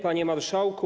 Panie Marszałku!